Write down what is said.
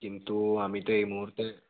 কিন্তু আমি তো এই মুহূর্তে